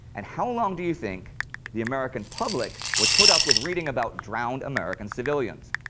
and how long do you think the american public would put up with reading about drowned american civilians.